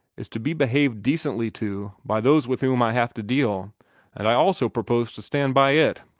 is to be behaved decently to by those with whom i have to deal and i also propose to stand by it.